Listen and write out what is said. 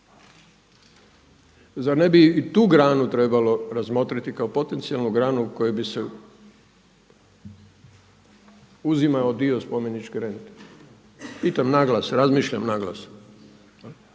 Zar ne bi i tu granu trebalo razmotriti kao potencijalnu granu u kojoj bi se uzimao dio spomeničke rente? Pitam na glas, razmišljam na glas.